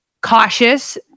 cautious